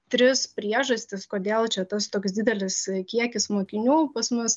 tris priežastis kodėl čia tas toks didelis kiekis mokinių pas mus